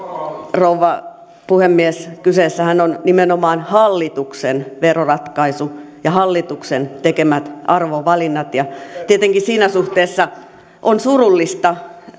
rouva puhemies kyseessähän on nimenomaan hallituksen veroratkaisu ja hallituksen tekemät arvovalinnat ja tietenkin siinä suhteessa on surullista